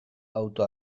auto